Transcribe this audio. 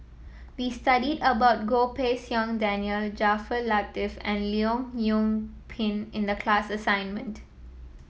we studied about Goh Pei Siong Daniel Jaafar Latiff and Leong Yoon Pin in the class assignment